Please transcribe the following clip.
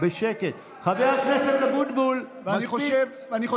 אתה חדש, אתה חדש פה?